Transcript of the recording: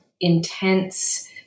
intense